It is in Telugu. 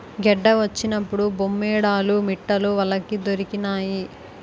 గెడ్డ వచ్చినప్పుడు బొమ్మేడాలు మిట్టలు వలకి దొరికినాయి